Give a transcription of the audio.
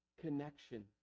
connection